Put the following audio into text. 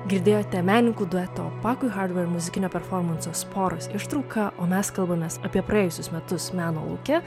girdėjote menininkų dueto pako harvar muzikinio performanso sporos ištrauką o mes kalbamės apie praėjusius metus meno lauke